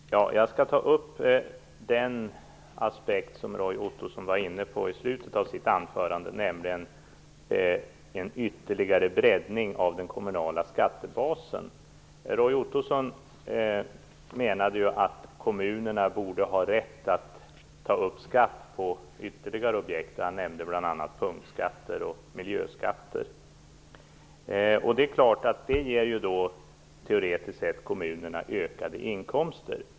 Fru talman! Jag skall ta upp den aspekt som Roy Ottosson var inne på i slutet av sitt anförande, nämligen en ytterligare breddning av den kommunala skattebasen. Roy Ottosson menade att kommunerna borde ha rätt att ta upp skatt på ytterligare objekt, bl.a. punktskatter och miljöskatter, som teoretiskt sett ger kommunerna ökade inkomster.